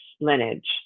lineage